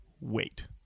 Wait